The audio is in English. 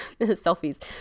Selfies